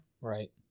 right